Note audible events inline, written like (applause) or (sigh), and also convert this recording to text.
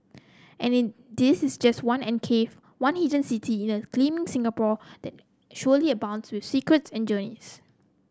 and (unintelligible) this is just one enclave one hidden city in a gleaming Singapore that surely abounds with secrets and journeys